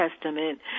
Testament